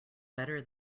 better